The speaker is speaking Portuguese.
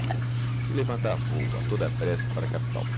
dias e levantar vôo a toda a pressa para a capital